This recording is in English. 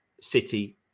city